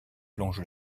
plonge